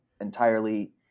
entirely